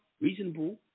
reasonable